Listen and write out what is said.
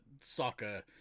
soccer